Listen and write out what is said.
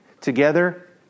together